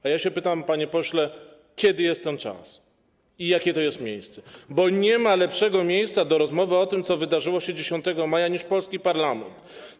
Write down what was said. A ja się pytam, panie pośle, kiedy jest ten czas i jakie to jest miejsce, bo nie ma lepszego miejsca do rozmowy o tym, co wydarzyło się 10 maja, niż polski parlament.